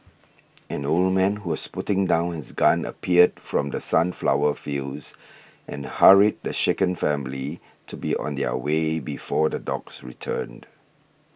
an old man who was putting down his gun appeared from the sunflower fields and hurried the shaken family to be on their way before the dogs returned